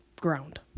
ground